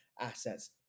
assets